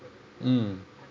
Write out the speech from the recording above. mm